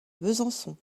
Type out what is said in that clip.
besançon